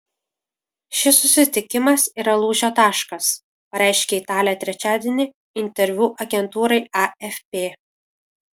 šis susitikimas yra lūžio taškas pareiškė italė trečiadienį interviu agentūrai afp